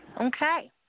Okay